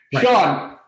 Sean